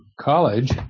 college